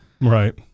Right